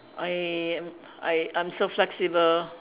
I am I I'm so flexible